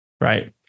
right